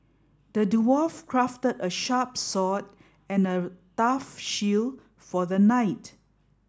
the dwarf crafted a sharp sword and a tough shield for the knight